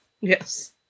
Yes